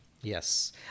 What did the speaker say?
Yes